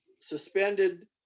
suspended